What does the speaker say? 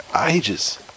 ages